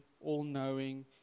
all-knowing